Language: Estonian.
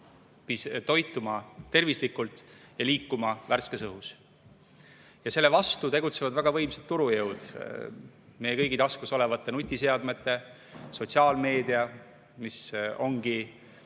toituma tervislikult ja liikuma värskes õhus. Aga selle vastu tegutsevad väga võimsad turujõud. Meie kõigi taskus olevad nutiseadmed, sotsiaalmeedia, mis ongi